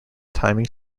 timing